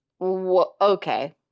Okay